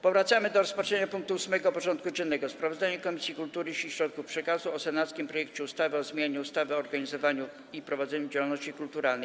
Powracamy do rozpatrzenia punktu 8. porządku dziennego: Sprawozdanie Komisji Kultury i Środków Przekazu o senackim projekcie ustawy o zmianie ustawy o organizowaniu i prowadzeniu działalności kulturalnej.